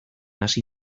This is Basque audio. hasi